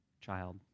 child